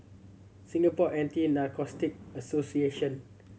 Singapore Anti Narcotic Association